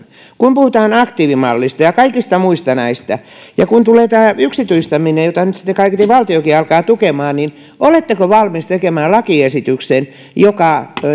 kun puhutaan aktiivimallista ja kaikista muista näistä ja kun tulee tämä yksityistäminen jota nyt sitten kaiketi valtiokin alkaa tukemaan oletteko valmis tekemään lakiesityksen